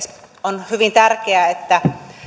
on hyvin tärkeää että